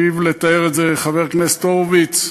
היטיב לתאר את זה חבר הכנסת הורוביץ: